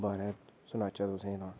बारे च सुनाचै तुसें गी तां